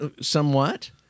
Somewhat